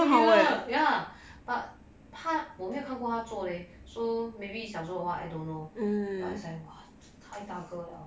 similar ya but 怕我没看过做 leh so maybe 小时候 or what I don't know but it's like !wah! 太大个了